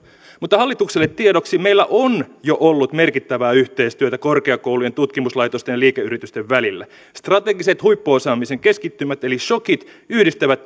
mutta hallitukselle tiedoksi meillä on jo ollut merkittävää yhteistyötä korkeakoulujen tutkimuslaitosten ja liikeyritysten välillä strategiset huippuosaamisen keskittymät eli shokit yhdistävät